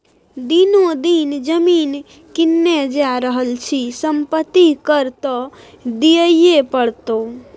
दिनो दिन जमीन किनने जा रहल छी संपत्ति कर त दिअइये पड़तौ